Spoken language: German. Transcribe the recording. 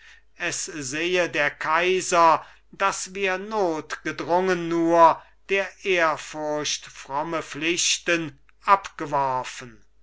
es sehe der kaiser dass wir notgedrungen nur der ehrfurcht fromme pflichten abgeworfen